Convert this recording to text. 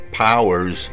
Powers